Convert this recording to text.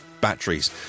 batteries